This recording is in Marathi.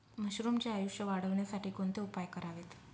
मशरुमचे आयुष्य वाढवण्यासाठी कोणते उपाय करावेत?